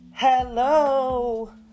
hello